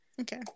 Okay